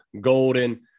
Golden